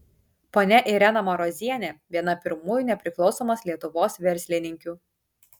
ponia irena marozienė viena pirmųjų nepriklausomos lietuvos verslininkių